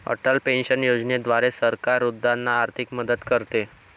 Atal pension योजनेद्वारे सरकार वृद्धांना आर्थिक मदत करते